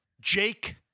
Jake